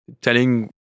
Telling